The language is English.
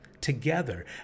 together